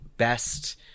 best